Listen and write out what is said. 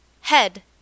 Head